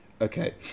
Okay